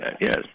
yes